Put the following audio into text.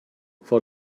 for